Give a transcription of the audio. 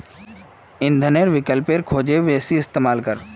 इंधनेर विकल्पेर खोज करे बेसी इस्तेमाल कर